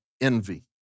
envy